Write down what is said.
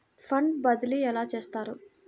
Fund బదిలీ ఎలా చేస్తారు?